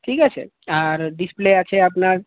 ঠিক আছে আর ডিসপ্লে আছে আপনার